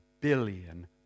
billion